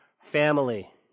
family